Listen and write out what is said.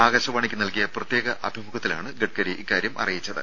ആകാശവാണിക്ക് നൽകിയ പ്രത്യേക അഭിമുഖത്തിലാണ് ഗഡ്ഗരി ഇക്കാര്യം പറഞ്ഞത്